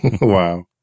Wow